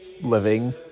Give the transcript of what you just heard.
living